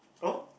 oh